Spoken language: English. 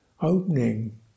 opening